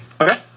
Okay